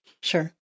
Sure